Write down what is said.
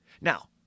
Now